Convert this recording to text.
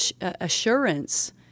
assurance